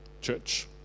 Church